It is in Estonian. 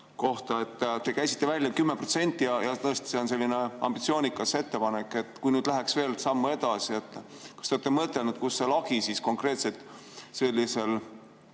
kohta. Te käisite välja 10% ja see on tõesti ambitsioonikas ettepanek. Kui nüüd läheks veel sammu edasi, kas te olete mõtelnud, kus see lagi siis konkreetselt sellisel